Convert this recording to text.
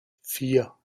vier